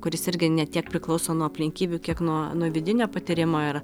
kuris irgi ne tiek priklauso nuo aplinkybių kiek nuo nuo vidinio patyrimo ir